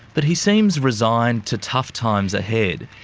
but he seems resigned to tough times ahead.